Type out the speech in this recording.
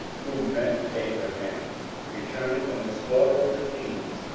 who met abraham returning from the slaughter of the kings,